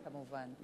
כמובן.